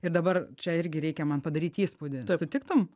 ir dabar čia irgi reikia man padaryt įspūdį sutiktum